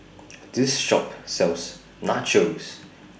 This Shop sells Nachos